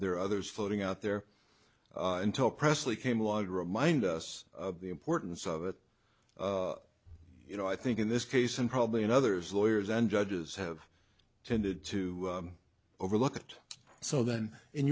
there are others floating out there until presley came along to remind us of the importance of it you know i think in this case and probably in others lawyers and judges have tended to overlook it so then in